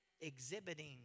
exhibiting